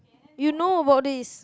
you know about this